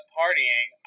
partying